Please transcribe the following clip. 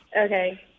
Okay